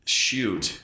shoot